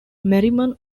merriman